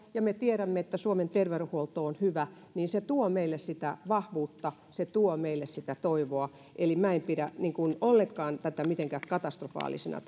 ja me tiedämme että suomen terveydenhuolto on hyvä se tuo meille sitä vahvuutta se tuo meille sitä toivoa eli minä en pidä tätä tilannetta ollenkaan mitenkään katastrofaalisena